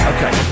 Okay